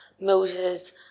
Moses